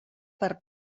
per